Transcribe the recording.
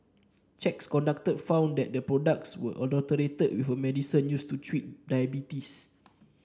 checks conducted found that the products were adulterated with a medicine used to treat diabetes